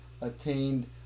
attained